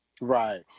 Right